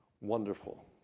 wonderful